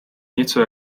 něco